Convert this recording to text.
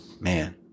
Man